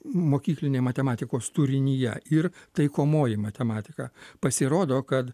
mokyklinėj matematikos turinyje ir taikomoji matematika pasirodo kad